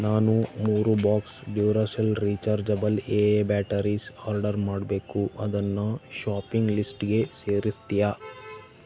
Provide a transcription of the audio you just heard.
ನಾನು ಮೂರು box Duracell rechargeable A A batteries order ಮಾಡಬೇಕು ಅದನ್ನು ಶಾಪಿಂಗ್ ಲಿಸ್ಟ್ಗೆ ಸೇರಸ್ತೀಯಾ